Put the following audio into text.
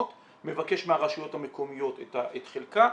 מבקש מהרשויות המקומיות את חלקה.